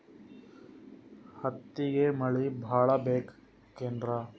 ಹತ್ತಿಗೆ ಮಳಿ ಭಾಳ ಬೇಕೆನ್ರ?